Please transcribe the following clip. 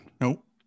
Nope